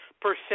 percent